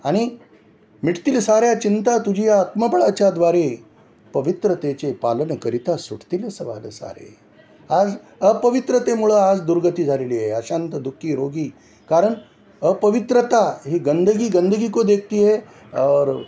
आणि मिटतील साऱ्या चिंता तुझी आत्मबळाच्याद्वारे पवित्रतेचे पालनकरिता सुटतील सवाल सारे आज अपवित्रतेमुळं आज दुर्गती झालेली आहे अशांत दु खी रोगी कारण अपवित्रता ही गंदगी गंदगी को देखती है और